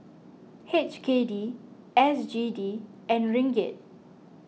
H K D S G D and Ringgit